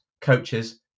coaches